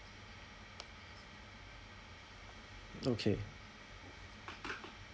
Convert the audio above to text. okay